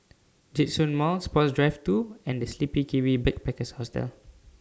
Djitsun Mall Sports Drive two and The Sleepy Kiwi Backpackers Hostel